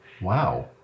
Wow